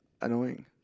annoying